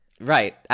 right